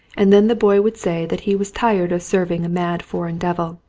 and then the boy would say that he was tired of serving a mad foreign devil.